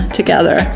together